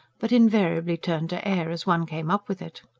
but invariably turned to air as one came up with it.